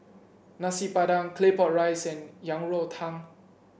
Nasi Padang Claypot Rice and Yang Rou Tang